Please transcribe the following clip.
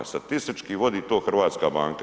Statistički vodi to Hrvatska banka.